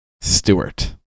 Stewart